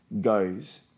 goes